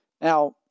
Now